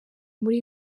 muri